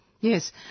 Yes